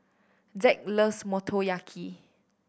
Zack loves Motoyaki